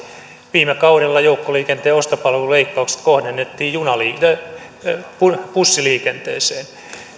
viime kaudella joukkoliikenteen ostopalveluleikkaukset kohdennettiin bussiliikenteeseen